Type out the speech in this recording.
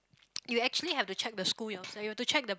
you actually have to check the school yourself you have to check the